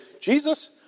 Jesus